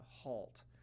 halt